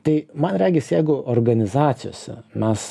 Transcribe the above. tai man regis jeigu organizacijose mes